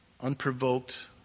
unprovoked